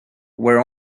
were